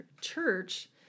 church